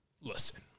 listen